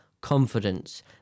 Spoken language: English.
confidence